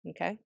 okay